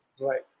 Right